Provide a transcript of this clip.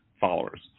followers